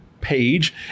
page